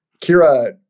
Kira